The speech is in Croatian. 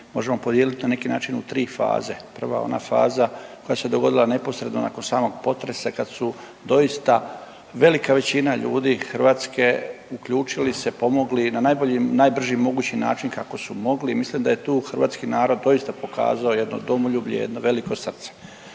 možemo podijeliti na neki način u tri faze. Prva je ona faza koja se dogodila neposredno nakon samog potresa kad su doista velika većina ljudi Hrvatske uključili se, pomogli na najbolji, najbrži mogući način kako su mogli. Mislim da je tu hrvatski narod doista pokazao jedno domoljublje, jedno veliko srce.